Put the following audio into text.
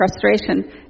frustration